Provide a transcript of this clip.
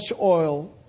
Oil